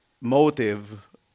motive